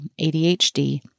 ADHD